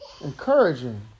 encouraging